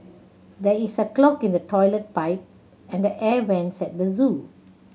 there is a clog in the toilet pipe and the air vents at the zoo